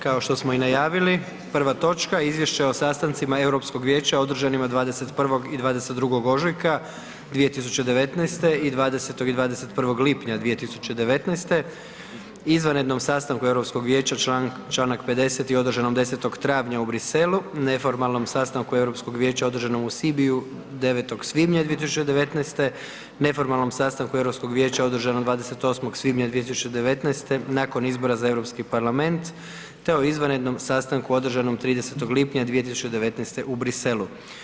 Kao što smo i najavili, prva točka: 1. Izvješće o sastancima Europskog vijeća; Održanima 21. i 22. ožujka 2019. i 20. i 21. lipnja 2019., izvanrednom sastanku Europskog vijeća članak 50. održanom 10. travnja u Bruxelles, neformalnom sastanku Europskog vijeća održanom Sibiu 9. svibnja 2019., neformalnom sastanku Europskog vijeća održanom 28. svibnja 2019. nakon izbora za Europski parlament te o izvanrednom sastanku održanom 30 lipnja 2019. u Bruxelles.